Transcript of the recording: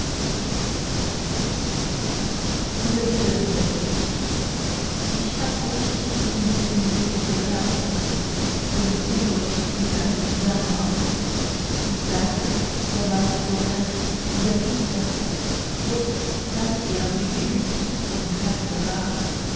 ich hab euch im besten juli verlassen und find euch wieder im januar ihr saßet damals so recht in der hitze jetzt seid ihr gekühlt und kalt sogar